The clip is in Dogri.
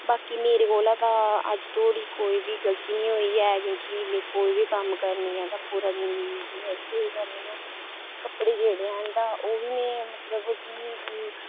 बाकी मेरे कोला तां अज्ज तोड़ी कोई बी गलती नेईं होई ऐ क्योंकि कोई बी कम्म करनी आं ते स्हेई करनी आं कपड़े जेह्ड़े हैन तां ओह्बी में बी